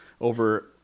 over